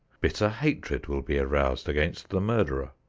bitter hatred will be aroused against the murderer.